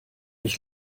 mich